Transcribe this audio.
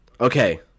Okay